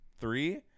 three